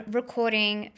recording